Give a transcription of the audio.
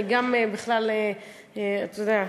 אתה יודע,